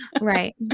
Right